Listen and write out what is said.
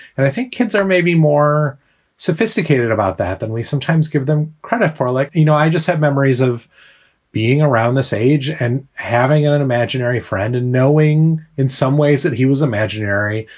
and i think kids are maybe more sophisticated about that than we sometimes give them credit for. like, you know, i just have memories of being around this age and having an imaginary friend and knowing in some ways that he was imaginary,